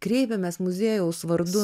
kreipiamės muziejaus vardu